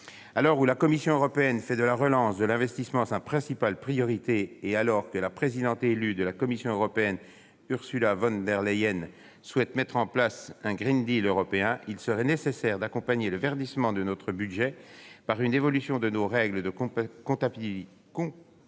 l'heure où la Commission européenne fait de la relance de l'investissement sa principale priorité, et alors que la présidente élue de la Commission européenne, Ursula von der Leyen, souhaite mettre en place un européen, il est nécessaire d'accompagner le verdissement de notre budget par une évolution de nos règles de comptabilité